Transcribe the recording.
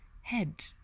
head